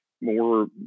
more